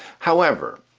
however,